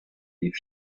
des